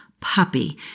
puppy